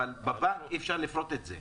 אבל אי-אפשר לפרוט את זה בבנק.